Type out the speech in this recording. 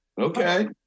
Okay